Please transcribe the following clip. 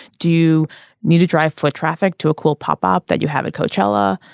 do you need to drive foot traffic to a cool pop up that you have at coachella.